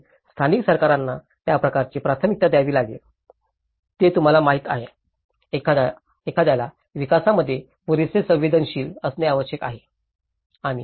म्हणूनच स्थानिक सरकारांना त्या प्रकारची प्राथमिकता द्यावी लागेल जे तुम्हाला माहित आहे एखाद्याला विकासामध्ये पुरेसे संवेदनशील असणे आवश्यक आहे